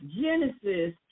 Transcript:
Genesis